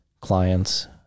clients